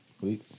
week